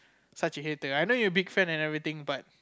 such a hater I know you're a big fan and everything but